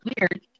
weird